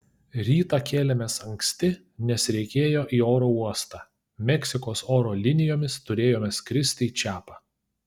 rytą kėlėmės anksti nes reikėjo į oro uostą meksikos oro linijomis turėjome skristi į čiapą